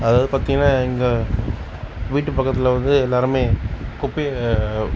அதாவது பார்த்திங்கனா எங்கள் வீட்டு பக்கத்தில் வந்து எல்லாருமே குப்பைய